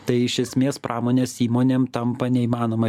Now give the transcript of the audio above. tai iš esmės pramonės įmonėm tampa neįmanoma